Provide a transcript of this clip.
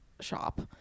shop